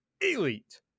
Elite